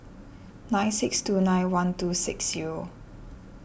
nine six two nine one two six zero